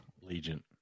Legion